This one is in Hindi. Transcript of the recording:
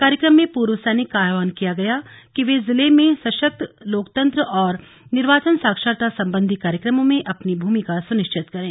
कार्यक्रम में पूर्व सैनिक का आहवान किया गया कि वे जिले में सशक्त लोकतंत्र व निर्वाचन साक्षरता संबंधी कार्यक्रमों में अपनी भूमिका सुनिश्चित करें